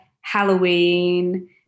Halloween